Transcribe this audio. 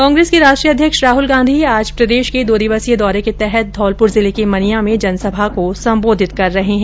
कांग्रेस के राष्ट्रीय अध्यक्ष राहल गांधी आज प्रदेश के दो दिवसीय दौरे के तहत धौलपूर जिले के मनिया में जनसभा को संबोधित कर रहे है